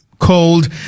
called